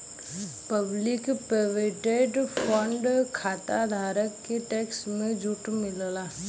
public provident fund खाताधारक के tax में छूट मिलला